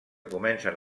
comencen